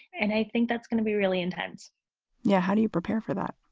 and i think that's going to be really intense yeah how do you prepare for that?